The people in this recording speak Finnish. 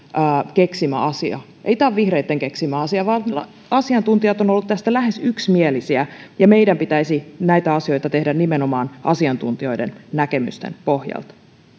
keksimä asia ei tämä ole vihreitten keksimä asia vaan asiantuntijat ovat olleet tästä lähes yksimielisiä ja meidän pitäisi näitä asioita tehdä nimenomaan asiantuntijoiden näkemysten pohjalta